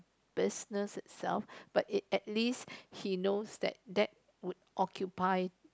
business itself but at least he knows that that would occupy